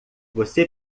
você